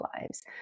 lives